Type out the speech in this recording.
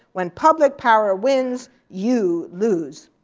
when public power wins, you lose.